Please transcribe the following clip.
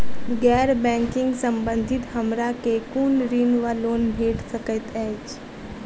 गैर बैंकिंग संबंधित हमरा केँ कुन ऋण वा लोन भेट सकैत अछि?